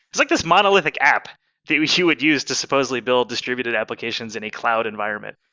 it's like this monolithic app that you would use to supposedly build distributed applications in a cloud environment.